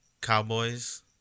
Cowboys